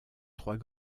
trois